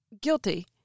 guilty